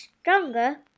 stronger